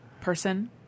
person